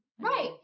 Right